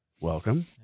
welcome